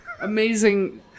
amazing